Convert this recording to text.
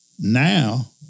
now